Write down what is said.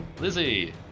Lizzie